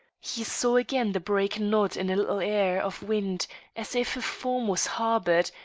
he saw again the brake nod in a little air of wind as if a form was harboured,